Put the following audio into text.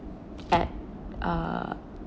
at uh